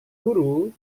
guru